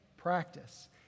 practice